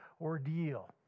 ordeal